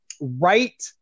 right